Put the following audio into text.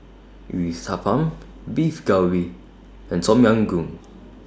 Uthapam Beef Galbi and Tom Yam Goong